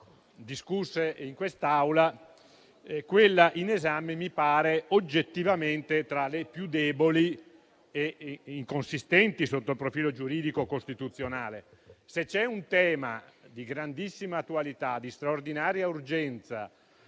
discusse in quest'Aula, quella in esame mi pare oggettivamente tra le più deboli e inconsistenti sotto il profilo giuridico costituzionale. Se c'è un tema di grandissima attualità e di straordinaria urgenza